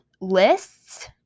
lists